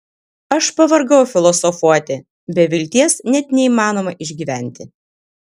aš pavargau filosofuoti be vilties net neįmanoma išgyventi